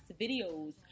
videos